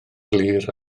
glir